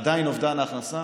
עדיין, אובדן ההכנסה